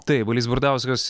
taip balys bardauskas